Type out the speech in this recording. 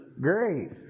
Great